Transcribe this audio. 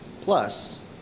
Plus